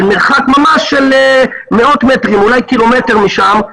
על מרחק ממש של מאות מטרים אולי ק"מ משם,